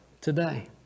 today